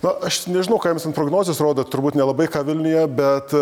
na aš nežinau ką jums ten prognozės rodo turbūt nelabai ką vilniuje bet